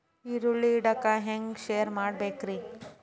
ಈರುಳ್ಳಿ ಇಡಾಕ ಹ್ಯಾಂಗ ಶೆಡ್ ಮಾಡಬೇಕ್ರೇ?